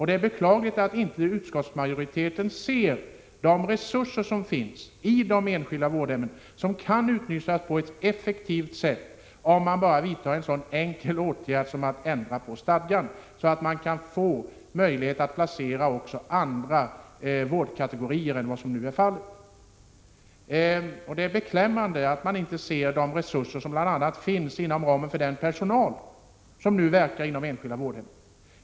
Det är beklagligt att utskottsmajoriteteninte ser de resurser som finns inom de enskilda vårdhemmen och som kan utnyttjas på ett effektivt sätt om man bara vidtar en så enkel åtgärd som att ändra på stadgan, så att man får möjlighet att där placera även andra vårdkategorier än vad som nu är fallet. Det är beklämmande att man inte ser den resurs som bl.a. utgörs av den personal som nu verkar inom de enskilda vårdhemmen.